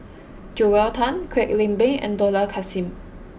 Joel Tan Kwek Leng Beng and Dollah Kassim